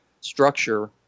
structure